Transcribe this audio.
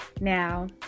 Now